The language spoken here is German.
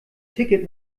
ticket